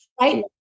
Right